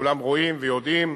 כולם רואים ויודעים,